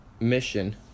mission